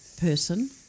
person